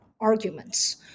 arguments